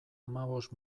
hamabost